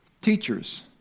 teachers